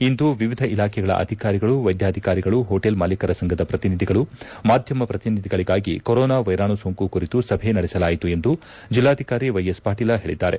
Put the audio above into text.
ಇಂದು ವಿವಿಧ ಇಲಾಖೆಗಳ ಅಧಿಕಾರಿಗಳು ವೈದ್ಯಾಧಿಕಾರಿಗಳು ಹೊಟೇಲ್ ಮಾಲಿಕರ ಸಂಘದ ಪ್ರತಿನಿಧಿಗಳು ಮಾಧ್ಯಮ ಪ್ರತಿನಿಧಿಗಳಿಗಾಗಿ ಕೊರೊನಾ ವೈರಾಣು ಸೋಂಕು ಕುರಿತು ಸಭೆ ನಡೆಸಲಾಯಿತು ಎಂದು ಜಿಲ್ಲಾಧಿಕಾರಿ ವೈಎಸ್ ಪಾಟೀಲ ಹೇಳಿದ್ದಾರೆ